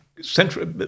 central